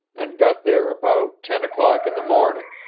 and got there about ten o'clock in the morning.